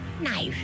No